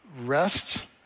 rest